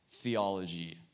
theology